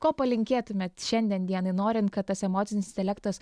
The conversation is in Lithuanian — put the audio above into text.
ko palinkėtumėt šiandien dienai norint kad tas emocinis intelektas